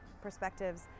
perspectives